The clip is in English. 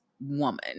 woman